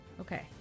Okay